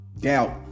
doubt